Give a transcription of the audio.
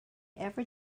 ever